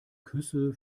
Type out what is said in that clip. küsse